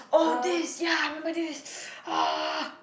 oh this yeah I remember this ah